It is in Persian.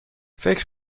فکر